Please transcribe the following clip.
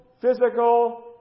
physical